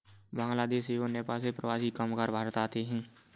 बांग्लादेश एवं नेपाल से प्रवासी कामगार भारत आते हैं